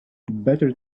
better